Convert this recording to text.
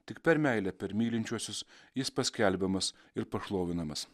tik per meilę per mylinčiuosius jis paskelbiamas ir pašlovinamas